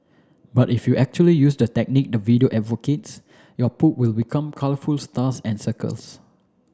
but if you actually use the technique the video advocates your poop will become colourful stars and circles